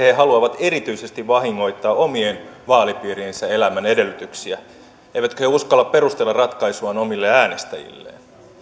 he haluavat erityisesti vahingoittaa omien vaalipiiriensä elämänedellytyksiä eivätkö he uskalla perustella ratkaisuaan omille äänestäjilleen